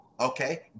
Okay